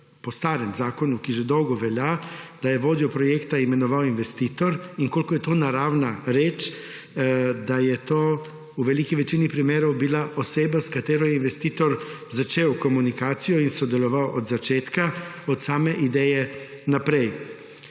po starem zakonu, ki že dolgo velja, da je vodjo projekta imenoval investitor, in koliko je to naravna reč, da je to v veliki večini primerov bila oseba, s katero je investitor začel komunikacijo in sodeloval od začetka, od same ideje naprej.